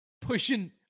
pushing